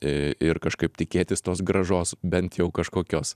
i ir kažkaip tikėtis tos grąžos bent jau kažkokios